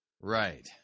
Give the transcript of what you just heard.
Right